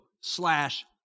slash